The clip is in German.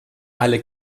alle